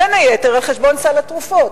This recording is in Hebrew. בין היתר על-חשבון סל התרופות.